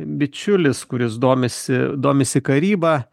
bičiulis kuris domisi domisi karyba